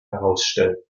herausstellen